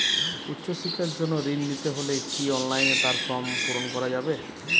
উচ্চশিক্ষার জন্য ঋণ নিতে হলে কি অনলাইনে তার ফর্ম পূরণ করা যাবে?